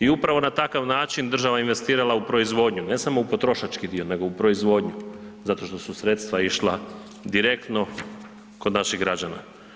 I upravo na takav država je investirala u proizvodnju, ne samo u potrošački dio nego u proizvodnju zato što su sredstva išla direktno kod naših građana.